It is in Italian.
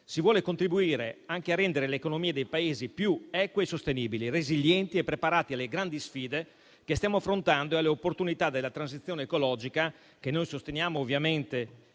si vuole contribuire anche a rendere le economie dei Paesi più eque e sostenibili, resilienti, preparate alle grandi sfide che stiamo affrontando e alle opportunità della transizione ecologica che noi sosteniamo, ovviamente